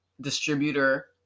distributor